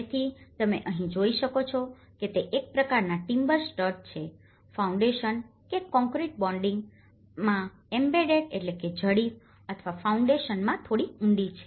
તેથી તમે અહીં જોઈ શકો છો કે તે એક પ્રકારના ટીમ્બર સ્ટડ છે ફાઉન્ડેસન કે કોંક્રિટ બેડીંગ માં એમ્બેડેડembeddedજડીત અથવા ફાઉન્ડેસનમાં થોડી ઊંડી છે